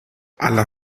alla